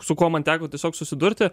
su kuo man teko tiesiog susidurti